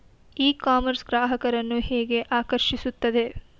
E commerce ಗ್ರಾಹಕರನ್ನು ಹೇಗೆ ಆಕರ್ಷಿಸುತ್ತದೆ?